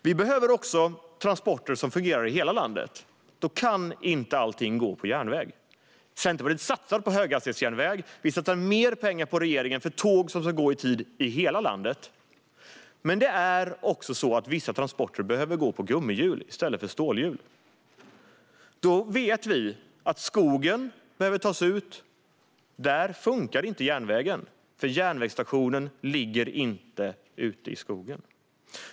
Vi behöver också transporter som fungerar i hela landet. Då kan inte allting gå på järnväg. Centerpartiet satsar på höghastighetsjärnväg. Vi satsar mer pengar än regeringen på att tåg ska gå i tid i hela landet. Men det är också så att vissa transporter behöver gå på gummihjul i stället för stålhjul. Skogen behöver tas ut. Där funkar inte järnvägen, för järnvägsstationen ligger inte ute i skogen.